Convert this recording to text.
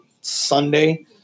Sunday